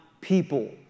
people